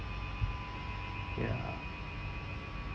ya